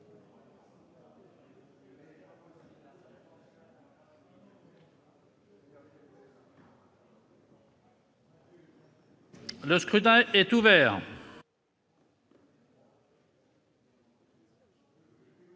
Le scrutin est ouvert.